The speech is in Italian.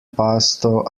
pasto